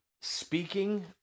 speaking